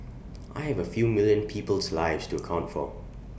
I have A few million people's lives to account for